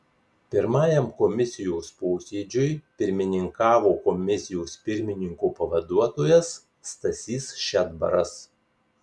pirmajam komisijos posėdžiui pirmininkavo komisijos pirmininko pavaduotojas stasys šedbaras